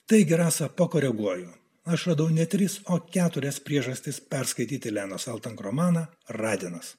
taigi rasa pakoreguoju aš radau ne tris o keturias priežastis perskaityti lenos altank romaną radinas